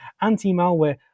anti-malware